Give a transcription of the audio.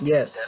Yes